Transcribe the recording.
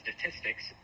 statistics